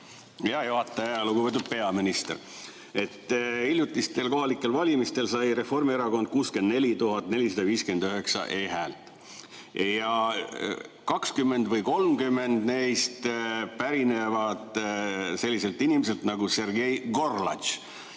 Hea juhataja! Lugupeetud peaminister! Hiljutistel kohalikel valimistel sai Reformierakond 64 459 e-häält ja 20 või 30 neist pärinevad selliselt inimeselt nagu Sergei Gorlatš.